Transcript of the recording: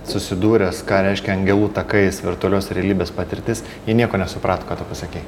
susidūręs ką reiškia angelų takais virtualios realybės patirtis jie nieko nesuprato ką tu pasakei